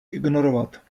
ignorovat